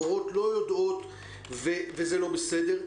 המורות לא יודעות וזה לא בסדר.